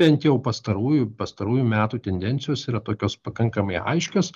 bent jau pastarųjų pastarųjų metų tendencijos yra tokios pakankamai aiškios